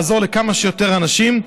כדי לעזור לכמה שיותר אנשים,